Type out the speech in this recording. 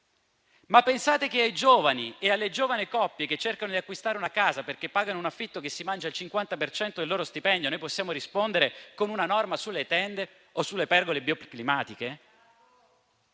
Pensate che ai giovani e alle giovani coppie che cercano di acquistare una casa perché pagano un affitto che si mangia il 50 per cento del loro stipendio, noi possiamo rispondere con una norma sulle tende o sulle pergole bioclimatiche?